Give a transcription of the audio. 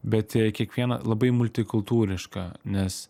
bet kiekvieną labai multikultūriška nes